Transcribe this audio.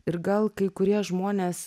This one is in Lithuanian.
ir gal kai kurie žmonės